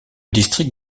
district